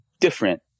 different